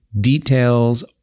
details